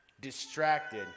distracted